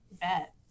bet